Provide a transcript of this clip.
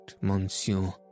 monsieur